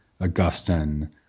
Augustine